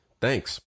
Thanks